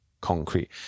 concrete